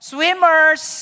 Swimmers